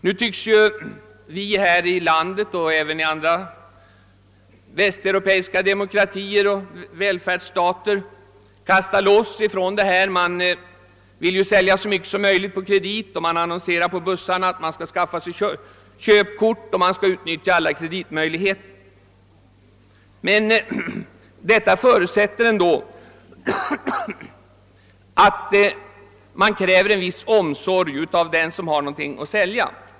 Nu tycks Sverige och även andra västeuropeiska demokratier och välfärdsstater vilja frångå detta förfaringssätt. Man vill sälja så mycket som möjligt på kredit. På bussarna annonseras om att vi skall skaffa oss köpkort och utnyttja alla kreditmöjligheter. Men en sådan kampanj förut Sätter ändå att det krävs en viss om Sorg av den som säljer någonting.